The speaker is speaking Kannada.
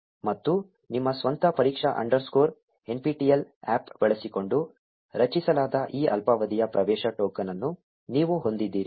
ಮತ್ತು ನಿಮ್ಮ ಸ್ವಂತ ಪರೀಕ್ಷಾ ಅಂಡರ್ಸ್ಕೋರ್ nptel APP ಬಳಸಿಕೊಂಡು ರಚಿಸಲಾದ ಈ ಅಲ್ಪಾವಧಿಯ ಪ್ರವೇಶ ಟೋಕನ್ ಅನ್ನು ನೀವು ಹೊಂದಿದ್ದೀರಿ